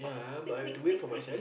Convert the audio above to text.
quick quick quick quick